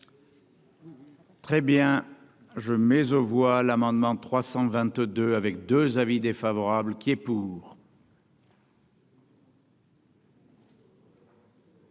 Très bien, je mais aux voix l'amendement 322 avec 2 avis défavorable qui est pour.